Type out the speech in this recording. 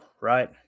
right